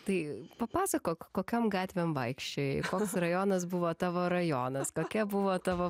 tai papasakok kokiom gatvėm vaikščiojai koks rajonas buvo tavo rajonas kokia buvo tavo